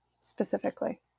specifically